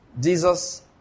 Jesus